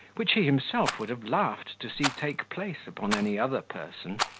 which he himself would have laughed to see take place upon any other person,